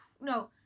No